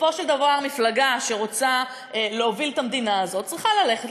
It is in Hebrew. בסופו של דבר מפלגה שרוצה להוביל את המדינה הזאת צריכה ללכת,